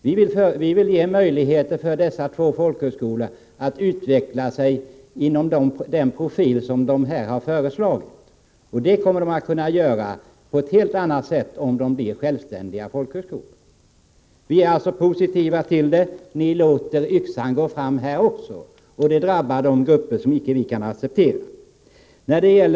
Vi vill 61 ge dessa två folkhögskolor möjlighet att utvecklas med den profil som här har föreslagits. Det kommer de att kunna göra på ett helt annat sätt om de blir självständiga. Vi är positiva till det. Ni låter yxan gå fram här också, och det kan vi inte acceptera med hänsyn till de grupper som skulle drabbas.